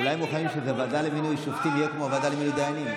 אולי הם מוכנים שהוועדה למינוי שופטים תהיה כמו הוועדה למינוי דיינים.